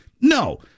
No